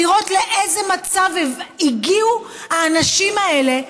לראות לאיזה מצב הגיעו האנשים האלה,